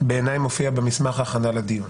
פה בעיניי מופיע במסמך ההכנה לדיון,